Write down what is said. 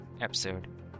episode